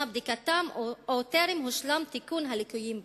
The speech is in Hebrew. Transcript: בדיקתם או טרם הושלם תיקון הליקויים בהם.